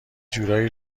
جورایی